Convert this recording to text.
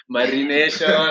Marination